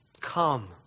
Come